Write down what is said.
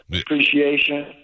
appreciation